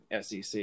SEC